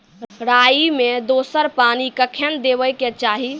राई मे दोसर पानी कखेन देबा के चाहि?